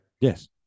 Yes